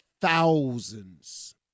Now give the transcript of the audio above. thousands